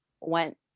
went